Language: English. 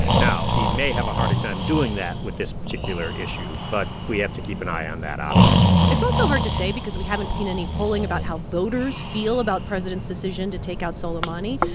now, he may have a harder time doing that with this particular issue, but we have to keep an eye on that, obviously it's also hard to say because we haven't seen any polling about how voters feel about president's decision to take out soleimani.